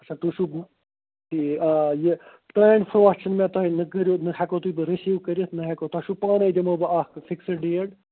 اَچھا تُہۍ چھُو ہُہ آ یہِ تُہٕنٛدِ تھرٛوٗ حظ چھِ مےٚ تۄہہِ مےٚ کٔرِو نہَ ہٮ۪کَو بہٕ تُہۍ بہٕ رٔسیٖو کٔرِتھ نہَ ہٮ۪کَو تۄہہِ چھُو پانٕے دِمَو بہٕ اَکھ فِکسٕڈ ڈیٹ